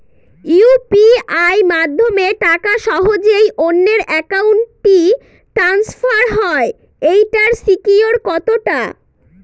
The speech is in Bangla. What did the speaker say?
ইউ.পি.আই মাধ্যমে টাকা সহজেই অন্যের অ্যাকাউন্ট ই ট্রান্সফার হয় এইটার সিকিউর কত টা?